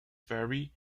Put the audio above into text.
ferry